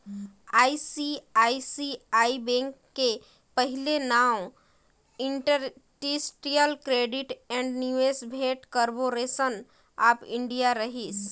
ICICI bank के पहिले नांव इंडस्टिरियल क्रेडिट ऐंड निवेस भेंट कारबो रेसन आँफ इंडिया रहिस